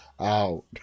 out